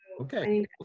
okay